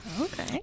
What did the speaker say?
okay